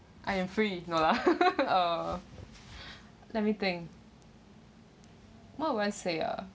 I am free no lah uh let me think what would I say ah